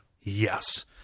Yes